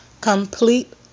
complete